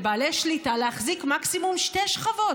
לבעלי שליטה, להחזיק מקסימום שתי שכבות.